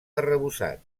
arrebossat